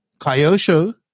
Kyosho